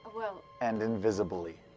and invisibly.